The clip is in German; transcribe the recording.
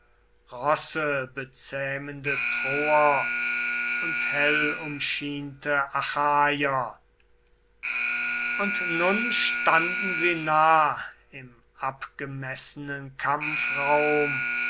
ansahn rossebezähmende troer und hellumschiente achaier und nun standen sie nah im abgemessenen